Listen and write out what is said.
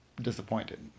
disappointed